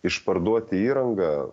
išparduoti įrangą